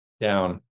Down